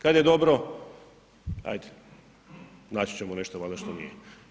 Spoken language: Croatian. Kada je dobro, ajde, naći ćemo nešto valjda što nije.